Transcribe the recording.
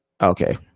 okay